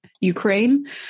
Ukraine